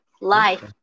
life